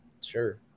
sure